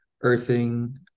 earthing